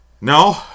No